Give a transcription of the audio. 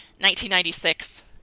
1996